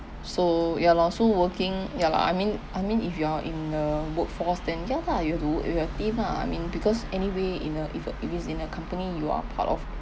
so ya lor so working ya lah I mean I mean if you're in a workforce than ya lah you have to work with your team lah I mean because anyway in a if a if it's in a company you are part of